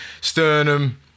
sternum